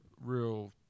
real